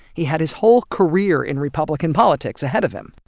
he had his whole career in republican politics ahead of him.